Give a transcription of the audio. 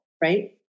right